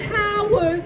power